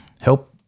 help